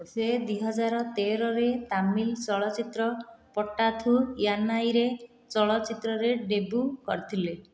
ସେ ଦୁଇ ହଜାର ତେର ରେ ତାମିଲ ଚଳଚ୍ଚିତ୍ର ପଟ୍ଟାଥୁ ୟାନାଇରେ ଚଳଚ୍ଚିତ୍ରରେ ଡେବ୍ୟୁ କରିଥିଲେ